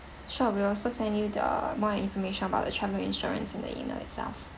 sure we'll also send you the more information about the travel insurance in the E-mail itself